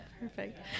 Perfect